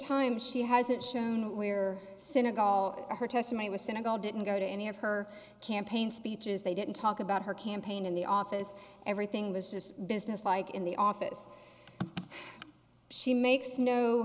time she hasn't shown where synagog or her testimony was senegal didn't go to any of her campaign speeches they didn't talk about her campaign in the office everything was just business like in the office she makes no